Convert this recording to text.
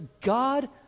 god